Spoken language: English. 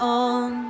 on